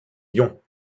lyon